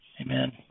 Amen